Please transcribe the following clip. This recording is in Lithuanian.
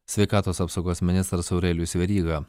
sveikatos apsaugos ministras aurelijus veryga